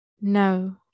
no